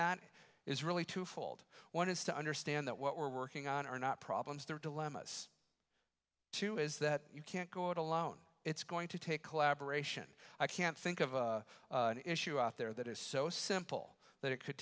that is really twofold one is to understand that what we're working on are not problems they're dilemmas two is that you can't go it alone it's going to take collaboration i can't think of an issue out there that is so simple that it could